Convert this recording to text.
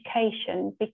education